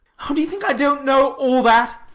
oh, do you think i don't know all that?